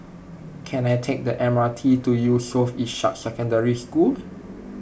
can I take the M R T to Yusof Ishak Secondary School